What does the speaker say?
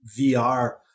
VR